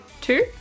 two